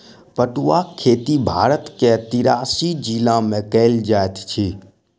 पटुआक खेती भारत के तिरासी जिला में कयल जाइत अछि